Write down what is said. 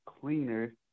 cleaner